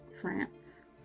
France